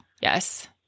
yes